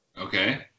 Okay